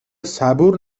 صبور